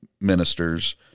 ministers